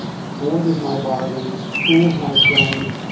thwarted my bargains, cooled my friends,